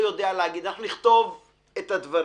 נכתוב את הדברים.